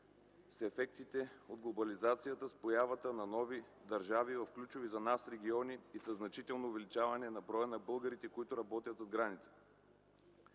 с ефектите от глобализацията, с появата на нови държави в ключови за нас региони и със значителното увеличаване на броя на българите, които работят зад граница.